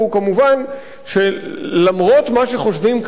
שלמרות מה שחושבים כמה משרי הממשלה,